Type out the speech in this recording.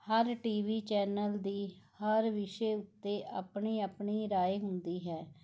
ਹਰ TV channel ਦੀ ਹਰ ਵਿਸ਼ੇ ਉੱਤੇ ਆਪਣੀ ਆਪਣੀ ਰਾਏ ਹੁੰਦੀ ਹੈ